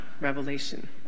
revelation